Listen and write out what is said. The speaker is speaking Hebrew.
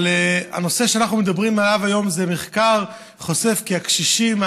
אבל הנושא שאנחנו מדברים עליו היום זה מחקר שחושף כי הקשישים,